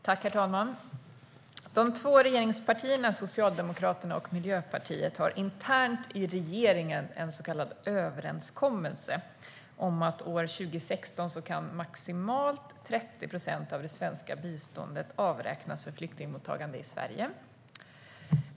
Herr talman! De två regeringspartierna, Socialdemokraterna och Miljöpartiet, har internt i regeringen en så kallad överenskommelse om att år 2016 kan maximalt 30 procent av det svenska biståndet avräknas för flyktingmottagande i Sverige.